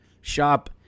shop